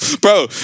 Bro